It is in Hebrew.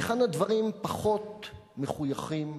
וכאן הדברים פחות מחויכים,